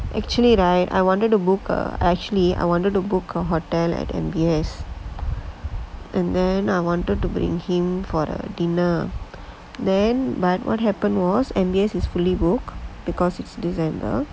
actually right I wanted to book a actually I wanted to book a hotel at M_B_S and then I wanted to bring him for the dinner then but what happened was M_B_S is fully book because it's december